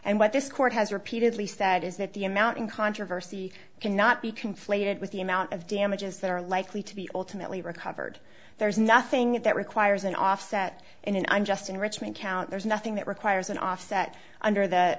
and what this court has repeatedly said is that the amount in controversy cannot be conflated with the amount of damages that are likely to be ultimately recovered there's nothing that requires an offset and i'm just in richmond count there's nothing that requires an offset under the